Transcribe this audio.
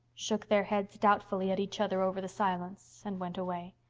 shook their heads doubtfully at each other over the silence, and went away.